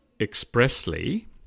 expressly